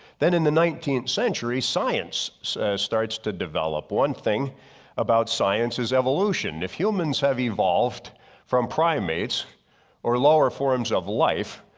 then in the nineteenth century, science starts to develop. one thing about science is evolution. if humans have evolved from primates or lower forms of life,